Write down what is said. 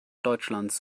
deutschlands